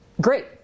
great